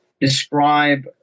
describe